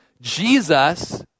Jesus